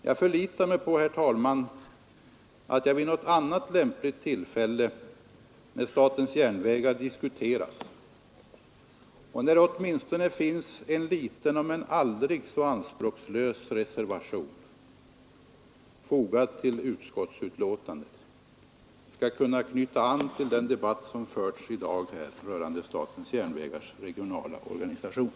Jag förlitar mig på, herr talman, att jag vid något annat lämpligt tillfälle, när statens järnvägar diskuteras och när det åtminstone finns en liten om än aldrig så anspråkslös reservation fogad till utskottsbetänkandet, skall kunna knyta an till den debatt som har förts rörande statens järnvägars regionala organisation.